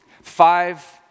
Five